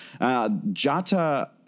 Jata